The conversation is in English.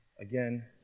Again